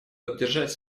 поддержать